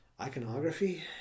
iconography